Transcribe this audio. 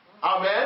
Amen